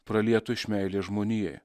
pralietu iš meilės žmonijai